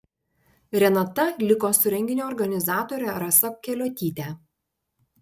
renata liko su renginio organizatore rasa keliuotyte